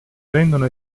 rendono